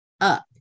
up